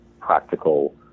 practical